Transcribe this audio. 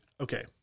Okay